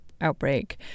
outbreak